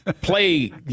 play